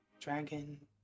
Dragon